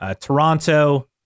Toronto